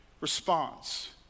response